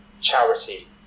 charity